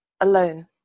alone